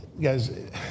Guys